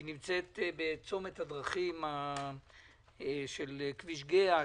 היא נמצאת בצומת הדרכים של כביש גהה,